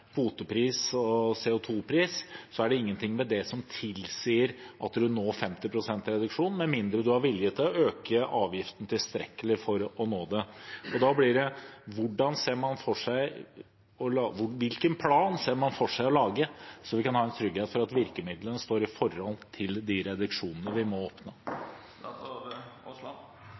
og CO 2 -pris, er det ingenting ved det som tilsier at man når 50 pst. reduksjon med mindre man er villig til å øke avgiftene tilstrekkelig for å nå det. Hvilken plan ser man for seg å lage så vi kan få trygghet for at virkemidlene står i forhold til de reduksjonene vi må oppnå?